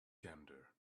gander